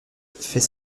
fait